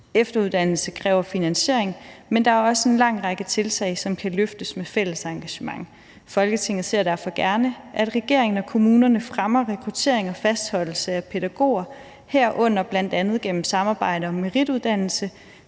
Efteruddannelse kræver finansiering, men der er også en lang række tiltag, som kan løftes med fælles engagement. Folketinget ser derfor gerne, at regeringen og kommunerne fremmer rekruttering og fastholdelse af pædagoger i årets økonomiaftale, herunder bl.a. gennem samarbejde om merituddannelse,